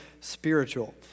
spiritual